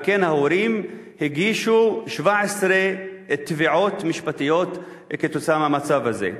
על כן ההורים הגישו 17 תביעות משפטיות בגלל המצב הזה.